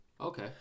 Okay